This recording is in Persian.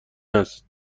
است